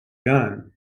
gun